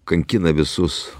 kankina visus